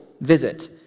visit